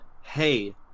hey